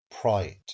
Pride